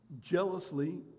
Jealously